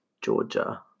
Georgia